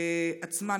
עצמם.